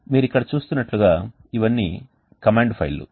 మీరు ఇక్కడ చూస్తున్నట్లుగా ఇవన్నీ కమాండ్ ఫైల్లు